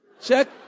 Check